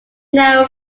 narrow